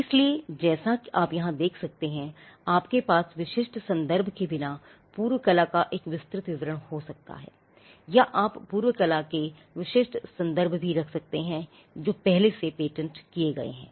इसलिएजैसा कि आप यहां देख सकते हैं आपके पास विशिष्ट संदर्भ के बिना पूर्व कला का एक विस्तृत विवरण हो सकता है या आप पूर्व कला के विशिष्ट संदर्भ भी रख सकते हैं जो पहले से ही पेटेंट किए गए हैं